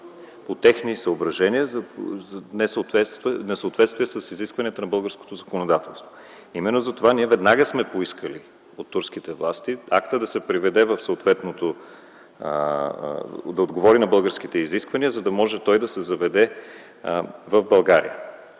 по техни съображения, заради несъответствие с изискванията на българското законодателство. Именно заради това веднага сме поискали от турските власти актът да се приведе в съответствие, да отговори на българските изисквания, за да може да се заведе в България.